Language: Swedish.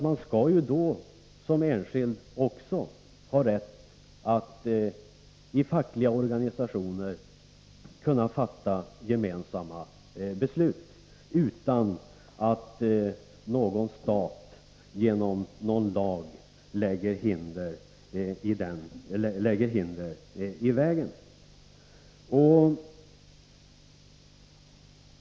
Man skall ju som enskild också ha rätt att i fackliga organisationer fatta gemensamma beslut, utan att någon stat genom någon lag lägger hinder i vägen.